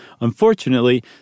Unfortunately